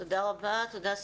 (היו"ר אורלי פרומן) תודה רבה, סיגל.